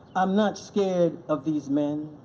i'm not scared of these men,